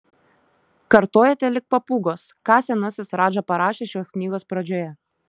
kartojate lyg papūgos ką senasis radža parašė šios knygos pradžioje